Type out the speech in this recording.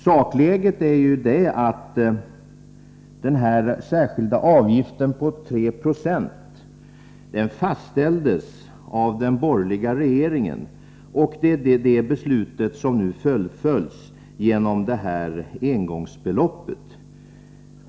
Sakläget är att den särskilda avgiften på 3 90 fastställdes av den borgerliga regeringen. Det är det beslutet som nu fullföljs genom engångsbeloppet.